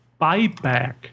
buyback